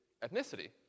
ethnicity